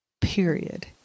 period